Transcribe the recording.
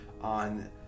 on